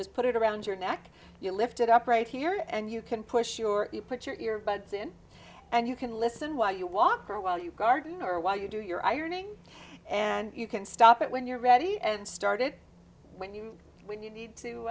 just put it around your neck you lift it up right here and you can push your you put your ear buds in and you can listen while you walk or while you garden or while you do your ironing and you can stop it when you're ready and started when you when you need to